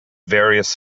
various